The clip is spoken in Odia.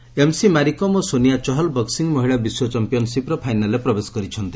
ବକ୍ସିଂ ଏମ୍ସି ମାରିକମ୍ ଓ ସୋନିଆ ଚହଲ୍ ବକ୍ୱିଂ ମହିଳା ବିଶ୍ୱ ଚାମ୍ପିୟନ୍ସିପ୍ର ଫାଇନାଲ୍ରେ ପ୍ରବେଶ କରିଛନ୍ତି